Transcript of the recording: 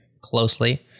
closely